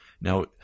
Now